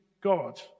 God